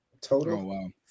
total